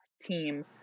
team